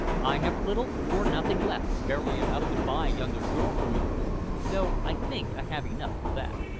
i have little or nothing left, barely enough to buy yonder girl from you though i think i have enough for that.